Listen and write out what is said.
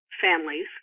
families